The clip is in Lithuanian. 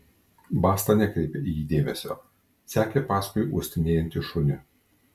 basta nekreipė į jį dėmesio sekė paskui uostinėjantį šunį